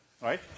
right